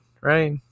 right